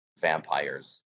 vampires